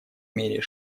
мере